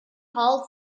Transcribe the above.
hall